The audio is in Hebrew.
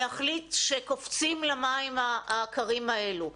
להחליט שקופצים למים הקרים האלה.